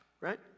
right